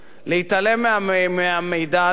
להתעלם מהמידע הזה,